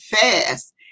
fast